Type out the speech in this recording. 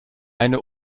eine